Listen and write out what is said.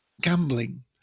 gambling